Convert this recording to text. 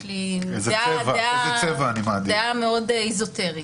דעה מאוד אזוטרית.